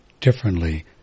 differently